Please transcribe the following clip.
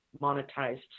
monetized